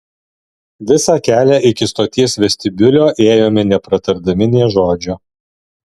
visą kelią iki stoties vestibiulio ėjome nepratardami nė žodžio